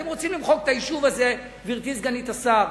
אתם רוצים למחוק את היישוב הזה, גברתי סגנית השר?